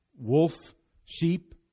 wolf-sheep